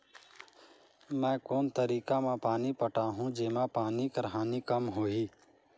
मैं कोन तरीका म पानी पटाहूं जेमा पानी कर हानि कम होही?